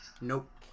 Nope